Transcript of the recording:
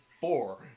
four